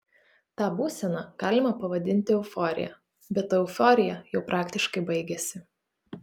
tą būseną galima pavadinti euforija bet ta euforija jau praktiškai baigėsi